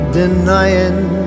denying